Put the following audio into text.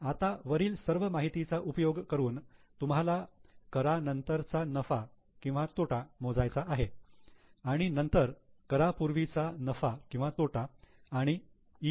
आता वरील सर्व माहितीचा उपयोग करून तुम्हाला करा नंतरचा नफा किंवा तोटा मोजायचा आहे आणि नंतर करा पूर्वीचा नफा किंवा तोटा आणि इ